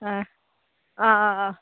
ꯑꯥ ꯑꯥ ꯑꯥ ꯑꯥ